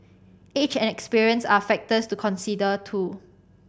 age and experience are factors to consider too